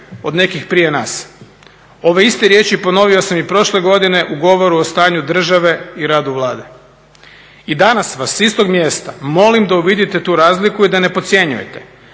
od nekih prije nas. Ove iste riječi ponovio sam i prošle godine u govoru o stanju države i radu Vlade. I danas vas s istog mjesta molim da uvidite tu razliku i da ne podcjenjujete.